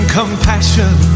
compassion